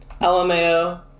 lmao